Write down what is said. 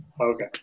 Okay